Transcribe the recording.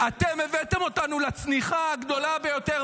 אתם הבאתם אותנו לצניחה הגדולה ביותר